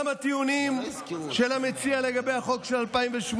גם הטיעונים של המציע לגבי החוק של 2008